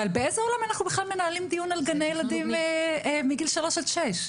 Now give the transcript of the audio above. אבל באיזה עולם אנחנו בכלל מנהלים דיון על דני ילדים מגיל שלוש עד שש?